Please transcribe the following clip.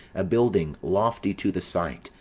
a building lofty to the sight,